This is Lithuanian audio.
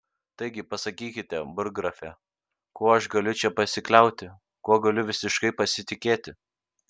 taigi pasakykite burggrafe kuo aš galiu čia pasikliauti kuo galiu visiškai pasitikėti